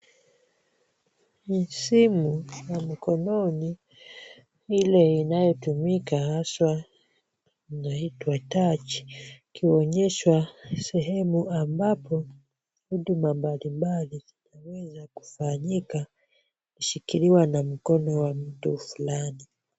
Ni simu ya mikononi ile inayotumika haswa inaitwa touch ikionyeshwa sehemu ambapo huduma mbalimbali zinaweza kufanyika ikishikiliwa na mkono wa mtu fulani.